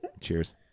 Cheers